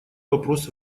вопрос